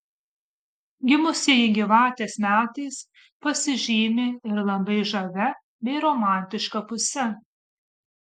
gimusieji gyvatės metais pasižymi ir labai žavia bei romantiška puse